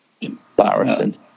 Embarrassing